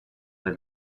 del